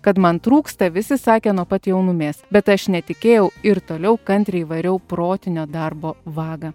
kad man trūksta visi sakė nuo pat jaunumės bet aš netikėjau ir toliau kantriai įvariau protinio darbo vagą